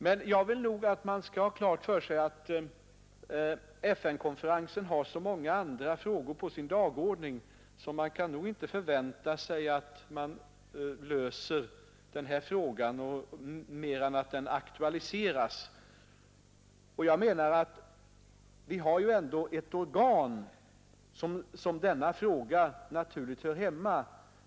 Men jag vill nog att man skall ha klart för sig att FN-konferensen har så många andra frågor på sin dagordning att man inte kan vänta sig att denna fråga löses. Den kommer dock att aktualiseras. Vi har ändå ett organ i vilket denna fråga naturligt hör hemma.